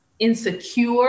insecure